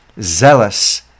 zealous